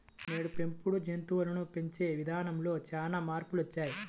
నేడు పెంపుడు జంతువులను పెంచే ఇదానంలో చానా మార్పులొచ్చినియ్యి